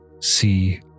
see